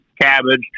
cabbage